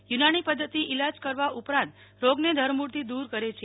યુનાની પદ્ધતિ ઇલાજ કરવા ઉપરતાં રોગને ધરમૂળથી દૂર કરે છે